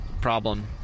problem